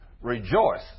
Rejoice